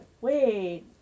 Wait